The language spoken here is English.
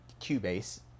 Cubase